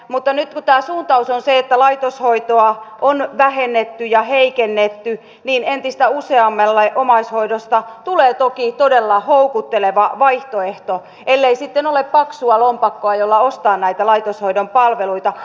mutta nyt itään suuntautuu se että laitoshoitoa on vähennetty ja heikennetty niin entistä useammalle omaishoidosta ollut sulaa hulluutta että tällaiset määrät ulkomaalaisia opiskelijoita on voinut suorittaa tutkinnon suomalaisen veronmaksajan lompakosta